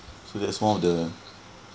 so that's one of the